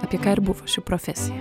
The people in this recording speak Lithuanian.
apie ką ir buvo ši profesija